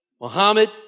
Muhammad